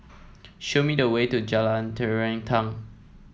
show me the way to Jalan Terentang